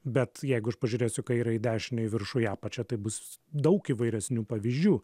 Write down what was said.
bet jeigu aš pažiūrėsiu į kairę į dešinę į viršų į apačią tai bus daug įvairesnių pavyzdžių